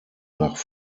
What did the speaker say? nach